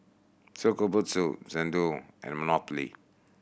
Shokubutsu Xndo and Monopoly